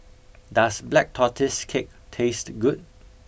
does black tortoise cake taste good